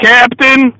Captain